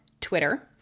Twitter